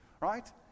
right